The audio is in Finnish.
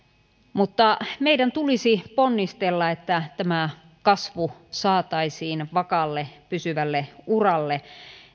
mutta meidän tulisi ponnistella että tämä kasvu saataisiin vakaalle pysyvälle uralle